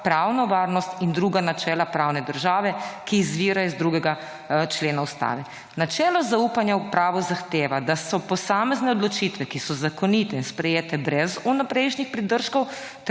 pravno varnost in druga načela pravne države, ki izvira iz 2. člena Ustave. Načelo zaupanja v pravo zahteva, da so posamezne odločitve, ki so zakonite in sprejete brez vnaprejšnjih pridržkov